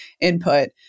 input